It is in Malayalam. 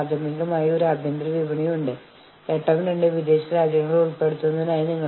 അല്ലാത്തപക്ഷം അത് കോടതികളിൽ അവസാനിക്കും അല്ലെങ്കിൽ ജോലി തടസ്സപ്പെടുത്തുകയും ചെയ്യും